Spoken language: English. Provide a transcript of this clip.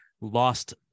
lost